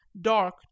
dark